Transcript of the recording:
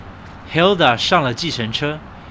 Hilda上了计程车